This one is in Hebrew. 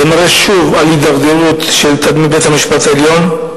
זה מראה שוב על הידרדרות בתדמית של בית-המשפט העליון.